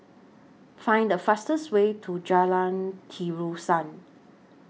Find The fastest Way to Jalan Terusan